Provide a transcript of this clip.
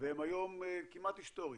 והם היום כמעט היסטוריה.